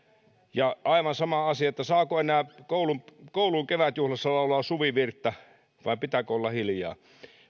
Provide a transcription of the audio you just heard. ja aivan samaa asiaa on että saako enää koulun koulun kevätjuhlassa laulaa suvivirttä vai pitääkö olla hiljaa